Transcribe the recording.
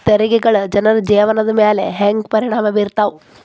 ತೆರಿಗೆಗಳ ಜನರ ಜೇವನದ ಮ್ಯಾಲೆ ಹೆಂಗ ಪರಿಣಾಮ ಬೇರ್ತವ